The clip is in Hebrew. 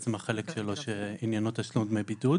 בעצם החלק שלו שעניינו תשלום דמי בידוד